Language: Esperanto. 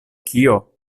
kio